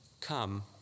come